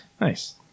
nice